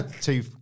Two